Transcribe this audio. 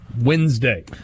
Wednesday